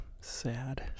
sad